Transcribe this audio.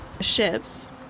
ships